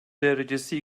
derecesi